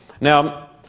Now